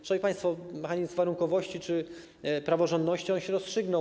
Szanowni państwo, mechanizm warunkowości czy praworządności się rozstrzygnął.